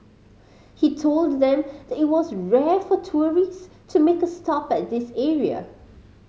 he told them that it was rare for tourist to make a stop at this area